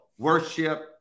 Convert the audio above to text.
worship